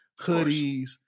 hoodies